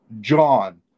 John